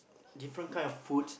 different kind of foods